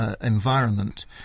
environment